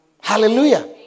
Hallelujah